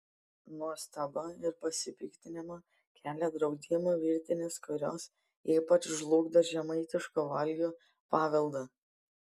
nuostabą ir pasipiktinimą kelia draudimų virtinės kurios ypač žlugdo žemaitiškų valgių paveldą